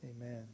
Amen